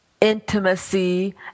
intimacy